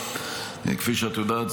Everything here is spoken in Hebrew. כפי שאת יודעת,